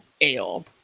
ale